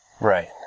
right